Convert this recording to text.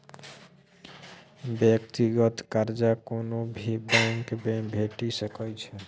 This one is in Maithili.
व्यक्तिगत कर्जा कोनो भी बैंकमे भेटि सकैत छै